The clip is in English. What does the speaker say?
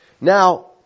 Now